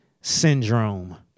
syndrome